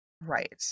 right